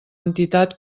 entitat